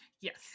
Yes